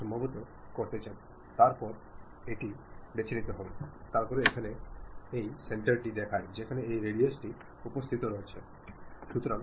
ചില ശബ്ദങ്ങളിലൂടെയോ ചില വാക്കുകളിലൂടെയോ അദ്ദേഹത്തിന്റെ മറുപടിയുടെ അടിസ്ഥാനത്തിൽ നിങ്ങൾക്ക് ഇത് മനസ്സിലാക്കാൻ കഴിയും എന്നാൽ ശരിക്കും നിങ്ങൾക്ക് അവന്റെ മുഖഭാവത്തിൽ നിന്നും ഒപ്പിയെടുക്കാം